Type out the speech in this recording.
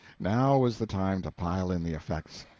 now was the time to pile in the effects.